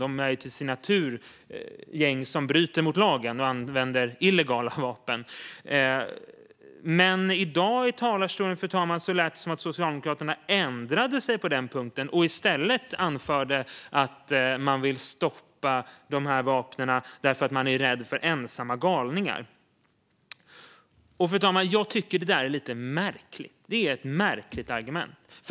De är till sin natur gäng som bryter mot lagen och använder illegala vapen. Men i talarstolen i dag lät det som att Socialdemokraterna ändrade sig på den punkten och i stället anförde att de vill stoppa vapnen på grund av rädsla för ensamma galningar. Fru talman! Jag tycker att det är ett lite märkligt argument.